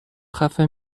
خفه